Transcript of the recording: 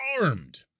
armed